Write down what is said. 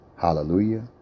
Hallelujah